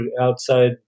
outside